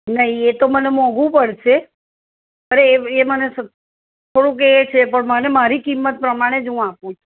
નહીં એ તો મને મોંઘુ પડશે અરે એ મને થોડુંક એ છે પણ મને મારી કિંમત પ્રમાણે જ હું આપું છું